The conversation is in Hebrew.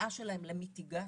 והנגיעה שלהם למיטיגציה,